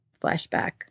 flashback